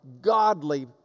godly